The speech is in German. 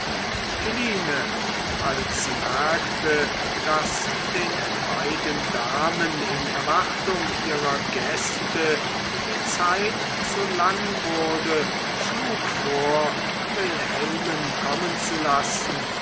philine als sie merkte daß den beiden damen in erwartung ihrer gäste die zeit zu lang wurde schlug vor wilhelmen kommen zu lassen